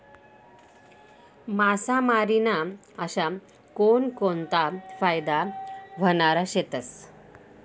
मासामारी ना अशा कोनकोनता फायदा व्हनारा शेतस?